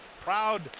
proud